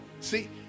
See